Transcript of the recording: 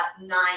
nine